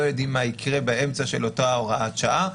יודעים מה יקרה באמצע של אותה הוראת שעה,